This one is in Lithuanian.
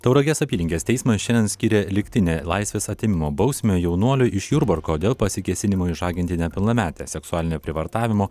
tauragės apylinkės teismas šiandien skirė lygtinę laisvės atėmimo bausmę jaunuoliui iš jurbarko dėl pasikėsinimo išžaginti nepilnametę seksualinio prievartavimo